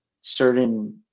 certain